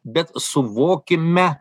bet suvokime